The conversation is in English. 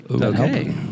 Okay